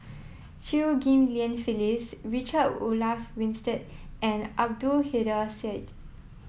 Chew Ghim Lian Phyllis Richard Olaf Winstedt and Abdul Kadir Syed